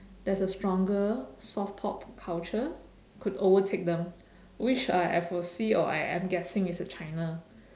there's a stronger soft pop culture could overtake them which I I foresee or I I'm guess it's uh china